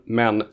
men